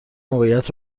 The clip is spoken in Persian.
موقعیت